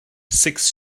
six